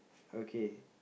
okay